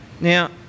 now